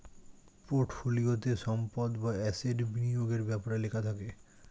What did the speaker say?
পোর্টফোলিওতে সম্পদ বা অ্যাসেট বিনিয়োগের ব্যাপারে লেখা থাকে